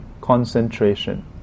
concentration